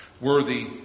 Worthy